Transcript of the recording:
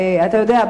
אתה יודע,